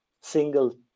single